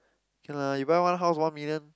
can lah you buy one house one million